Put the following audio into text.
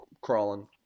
crawling